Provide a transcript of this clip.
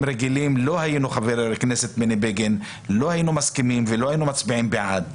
רגילים לא היינו מסכימים ולא היינו מצביעים בעד,